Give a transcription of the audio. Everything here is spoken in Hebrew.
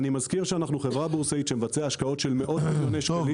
אני מזכיר שאנחנו חברה בורסאית שמבצעת השקעות של מאות מיליוני שקלים,